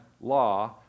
law